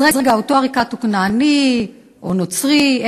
אז רגע, אותו עריקאת הוא כנעני או נוצרי?